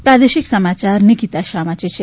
પ્રાદેશિક સમાચાર નીકિતા શાહ વાંચે છે